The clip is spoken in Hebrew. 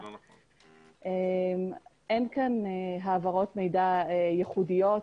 אין פה העברות מידע ייחודיות.